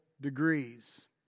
degrees